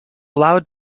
allowed